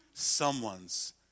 someone's